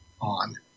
on